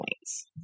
points